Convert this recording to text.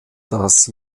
dass